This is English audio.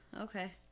Okay